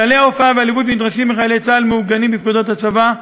כללי ההופעה והלבוש הנדרשים מחיילי צה״ל מעוגנים בפקודות הצבא.